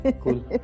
cool